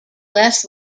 less